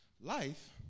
life